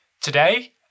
Today